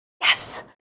yes